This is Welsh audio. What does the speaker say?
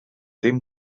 dim